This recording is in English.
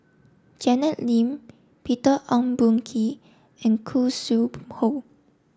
Janet Lim Peter Ong Boon Kwee and Khoo Sui Hoe